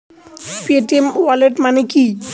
Paytm wallet মানে কি?